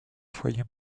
foyer